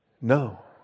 no